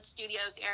Studios